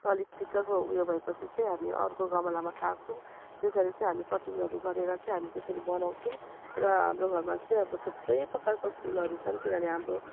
अलिक ठिक्कको ऊ यो भएपछि चाहिँ हामी अर्को गमलामा सार्छौँ त्यसरी चाहिँ हामी कटिङहरू गरेर चाहिँ हामी त्यसरी बनाउँछौँ र हाम्रो घरमा चाहिँ अब थुप्रै प्रकारको फुलहरू छन् किनभने हाम्रो